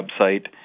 website